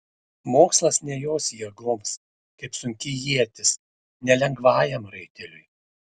mokslas ne jos jėgoms kaip sunki ietis ne lengvajam raiteliui